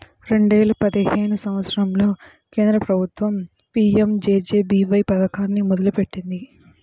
రెండేల పదిహేను సంవత్సరంలో కేంద్ర ప్రభుత్వం పీయంజేజేబీవై పథకాన్ని మొదలుపెట్టింది